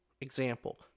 Example